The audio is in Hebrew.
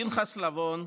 פנחס לבון,